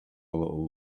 little